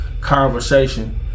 conversation